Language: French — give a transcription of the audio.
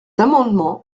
amendement